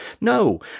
No